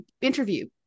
interview